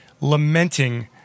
Lamenting